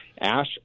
ash